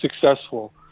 successful